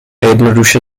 jednoduše